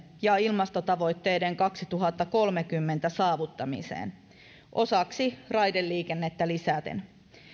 ja ilmastotavoitteiden kaksituhattakolmekymmentä saavuttamisesta osaksi raideliikennettä lisäten